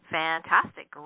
fantastic